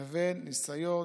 לבין ניסיון